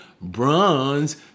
Bronze